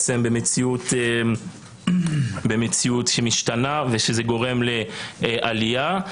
נמצא במציאות משתנה שגורמת לעלייה.